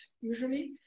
usually